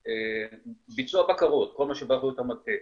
--- ביצוע בקרות, כל מה שבאחריות המטה,